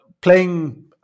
playing